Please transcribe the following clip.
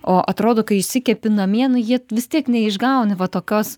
o atrodo kai išsikepi namie na jie vis tiek neišgauni va tokios